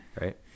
right